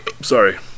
Sorry